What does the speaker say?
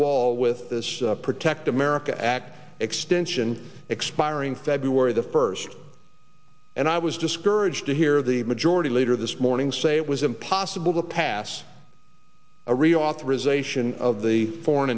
wall with this protect america act extension expiring february the first and i was discouraged to hear the majority leader this morning say it was impossible to pass a reauthorization of the foreign